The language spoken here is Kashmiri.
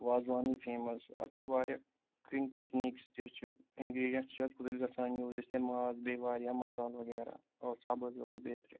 وازوانٕے فیمَس اَتھ چھِ واریاہ کُکِنٛگ ٹٮ۪کنیٖکٕس تہِ چھِ اِنگرٛیٖڈیَنٹٕس تہِ چھِ اَتھ کوٗتاہ گژھان یوٗز یِتھے ماز بیٚیہِ واریاہ مَسالہٕ وغیرہ ٲس سَبٕز ٲس بیترِ